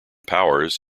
powers